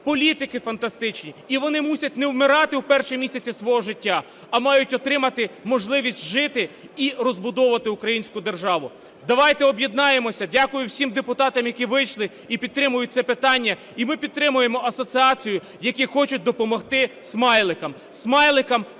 політики фантастичні. І вони мусять не вмирати в перші місяці свого життя, а мають отримати можливість жити і розбудовувати українську державу. Давайте об'єднаємося! Дякую всім депутатам, які вийшли і підтримують це питання. І ми підтримуємо асоціацію, які хочуть допомогти "смайликам".